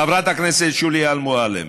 חברת הכנסת שולי מועלם,